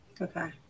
Okay